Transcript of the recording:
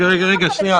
חברת הכנסת זנדברג, רגע.